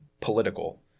political